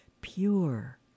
pure